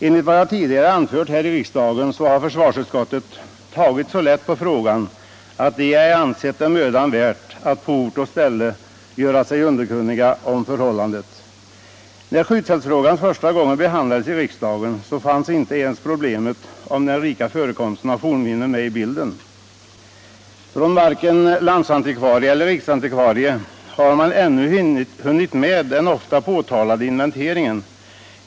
Enligt vad jag tidigare anfört här i riksdagen har försvarsutskottet tagit så lätt på frågan att man ej ansett det mödan värt att på ort och ställe göra sig underkunnig om förhållandet. När skjutfältet första gången behandlades i riksdagen, fanns inte ens problemet med den rika förekomsten av fornminnen med i bilden. Varken landsantikvarien eller riksantikvarien har ännu hunnit med den ofta påtalade inventeringen.